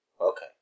Okay